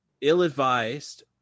ill-advised